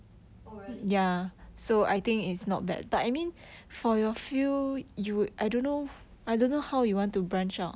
oh really